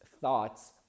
thoughts